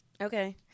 Okay